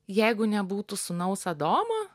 jeigu nebūtų sūnaus adomo